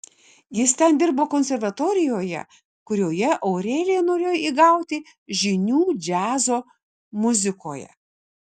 jis ten dirbo konservatorijoje kurioje aurelija norėjo įgauti žinių džiazo muzikoje